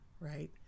right